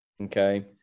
Okay